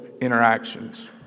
interactions